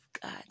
God